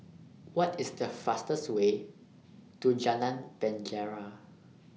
What IS The fastest Way to Jalan Penjara